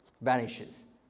vanishes